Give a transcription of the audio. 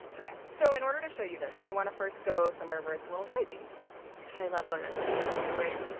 so in order to show you this, i want to first go somewhere where it's a little noisy god, i love going on field trips with lauren